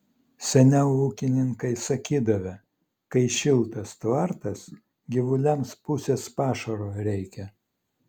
seniau ūkininkai sakydavę kai šiltas tvartas gyvuliams pusės pašaro reikia